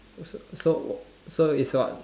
so so so it's what